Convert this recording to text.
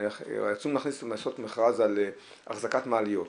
רצינו לעשות מכרז על אחזקת מעליות,